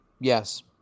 Yes